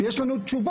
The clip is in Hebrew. יש לנו תשובות.